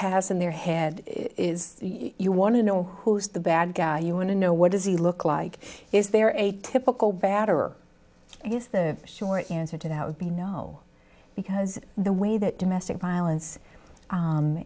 has in their head is you want to know who's the bad guy you want to know what does he look like is there a typical bad or i guess the short answer to that would be no because the way that domestic violence